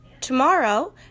Tomorrow